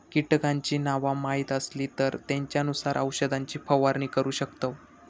कीटकांची नावा माहीत असली तर त्येंच्यानुसार औषधाची फवारणी करू शकतव